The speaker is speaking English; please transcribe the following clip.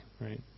right